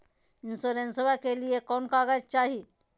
इंसोरेंसबा के लिए कौन कागज चाही?